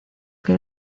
que